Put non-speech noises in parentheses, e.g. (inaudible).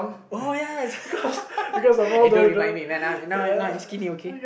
oh ya ya (laughs) eh don't remind me man now I'm now I'm now I'm skinny okay